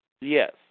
Yes